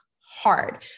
hard